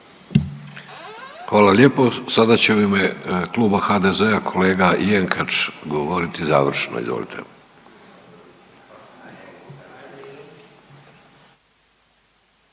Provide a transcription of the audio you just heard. Hvala lijepo. Sada će u ime Kluba HDZ-a kolega Jenkač govoriti završno, izvolite.